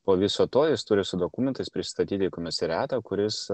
po viso to jis turi su dokumentais prisistatyti į komisariatą kur jis